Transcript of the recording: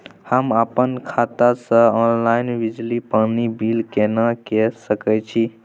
हम अपन खाता से ऑनलाइन बिजली पानी बिल केना के सकै छी?